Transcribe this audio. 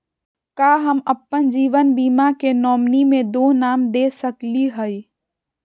का हम अप्पन जीवन बीमा के नॉमिनी में दो नाम दे सकली हई?